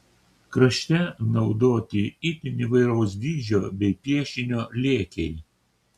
krašte naudoti itin įvairaus dydžio bei piešinio lėkiai